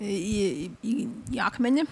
į į į akmenį